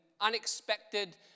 unexpected